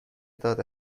داد